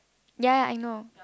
ya ya I know